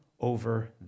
over